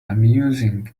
amusing